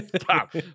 stop